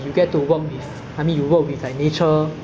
I think that's something that's very like rewarding rewarding lah